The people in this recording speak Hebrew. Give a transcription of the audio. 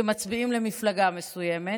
שמצביעים למפלגה מסוימת,